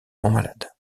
malade